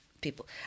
people